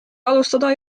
alustada